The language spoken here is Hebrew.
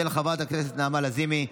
של חברת הכנסת נעמה לזימי,